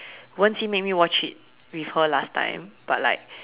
Wen-Qi made me watch it with her last time but like